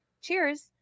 cheers